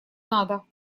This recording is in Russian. надо